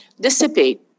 dissipate